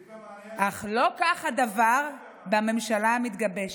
ליברמן --- אך לא כך הדבר בממשלה המתגבשת.